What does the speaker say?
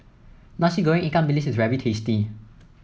Nasi Goreng Ikan Bilis is very tasty